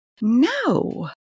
No